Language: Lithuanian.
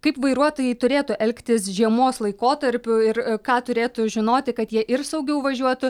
kaip vairuotojai turėtų elgtis žiemos laikotarpiu ir ką turėtų žinoti kad jie ir saugiau važiuotų